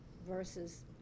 Versus